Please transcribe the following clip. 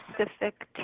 specific